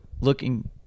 looking